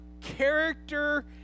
character